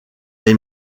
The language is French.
les